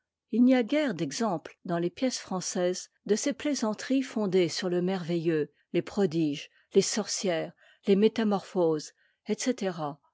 it n'y a guère d'exemples dans les pièces françaises de ces plaisanteries fondées sur le merveilieux les prodiges les sorcières les métamorphoses etc